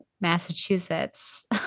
Massachusetts